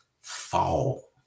fall